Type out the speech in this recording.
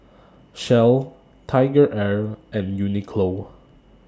Shell TigerAir and Uniqlo